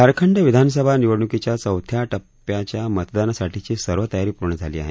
झारखंड विधानसभा निवडण्कीच्या चौथ्या टप्प्याच्या मतदानासाठीची सर्व तयारी पूर्ण झाली आहे